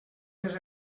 les